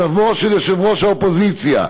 סבו של יושב-ראש האופוזיציה,